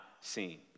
seen